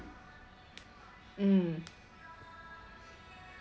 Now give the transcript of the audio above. mm